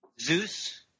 Zeus